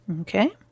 Okay